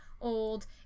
old